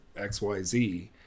xyz